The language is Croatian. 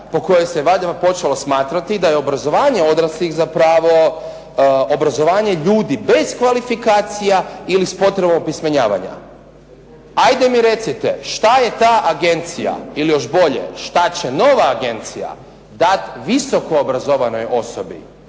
po kojoj se valjda počelo smatrati da je obrazovanje odraslih zapravo obrazovanje ljudi bez kvalifikacija ili s potrebom opismenjavanja. Ajde mi recite, šta je ta agencija, ili još bolje šta će nova agencija dati visoko obrazovanoj osobi